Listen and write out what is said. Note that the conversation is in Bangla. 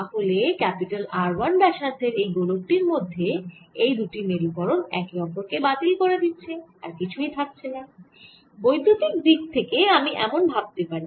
তাহলে R 1 ব্যাসার্ধের এই গোলক টির মধ্যে এই দুটি মেরুকরন একে অপর কে বাতিল করে দিচ্ছে আর কিছুই থাকছেনা বৈদ্যুতিক দিক থেকে আমি এমন ভাবতে পারি